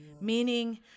Meaning